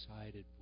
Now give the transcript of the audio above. excited